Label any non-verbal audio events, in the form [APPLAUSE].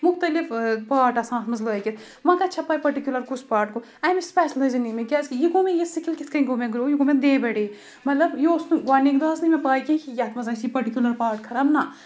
مُختلف پاٹ آسان اَتھ منٛز لٲگِتھ وۄنۍ کَتہِ چھےٚ پَے پٔٹِکیوٗلَر کُس پاٹ گوٚو أمِس [UNINTELLIGIBLE] کیٛازِکہِ یہِ گوٚو مےٚ یہِ سِکِل کِتھ کَنۍ گوٚو مےٚ گرٛو یہِ گوٚو مےٚ ڈے بَے ڈے مَطلب یہِ اوس نہٕ گۄڈٕنٕکۍ دۄہ ٲس نہٕ مےٚ پَے کینٛہہ کہِ یَتھ منٛز آسہِ یہِ پٔٹِکیوٗلَر پاٹ خَراب نَہ